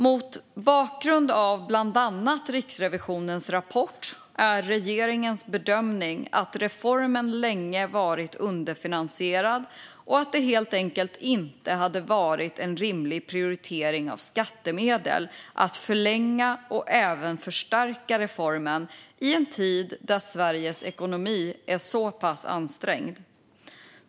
Mot bakgrund av bland annat Riksrevisionens rapport är regeringens bedömning att reformen länge har varit underfinansierad och att det helt enkelt inte hade varit en rimlig prioritering av skattemedel att förlänga och även förstärka reformen i en tid då Sveriges ekonomi är så pass ansträngd.